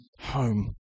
home